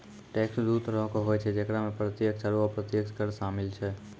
tax दु तरहो के होय छै जेकरा मे प्रत्यक्ष आरू अप्रत्यक्ष कर शामिल छै